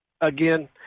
again